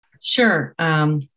Sure